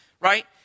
right